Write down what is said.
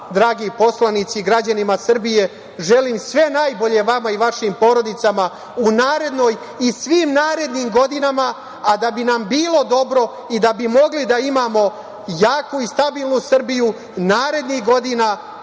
dragi poslanici i građanima Srbije želim sve najbolje vama i vašim porodicama u narednoj i svim narednim godinama, a da bi nam bilo dobro i da bi mogli da imamo jaku i stabilnu Srbiju narednih godina